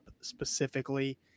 specifically